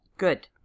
good